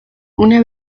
una